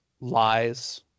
lies